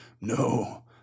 no